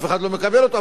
אף אחד לא מקבל אותו,